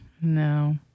No